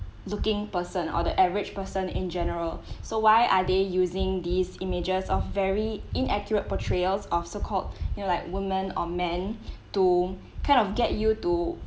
looking person or the average person in general so why are they using these images of very inaccurate portrayals of so called you know like women or men to kind of get you to